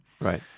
Right